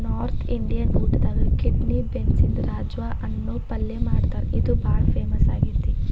north Indian ಊಟದಾಗ kidney ಬೇನ್ಸ್ನಿಂದ ರಾಜ್ಮಾ ಅನ್ನೋ ಪಲ್ಯ ಮಾಡ್ತಾರ ಇದು ಬಾಳ ಫೇಮಸ್ ಆಗೇತಿ